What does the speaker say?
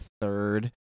third